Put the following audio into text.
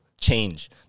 change